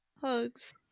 hugs